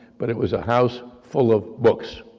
but it was a house full of books,